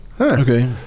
Okay